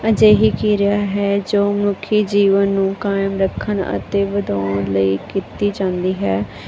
ਅਜਿਹੀ ਕਿਰਿਆ ਹੈ ਜੋ ਮਨੁੱਖੀ ਜੀਵਨ ਨੂੰ ਕਾਇਮ ਰੱਖਣ ਅਤੇ ਵਧਾਉਣ ਲਈ ਕੀਤੀ ਜਾਂਦੀ ਹੈ